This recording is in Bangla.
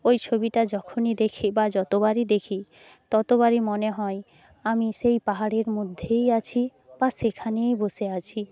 ওই ছবিটা যখনই দেখি বা যতবারই দেখি ততবারই মনে হয় আমি সেই পাহাড়ের মধ্যেই আছি বা সেখানেই বসে আছি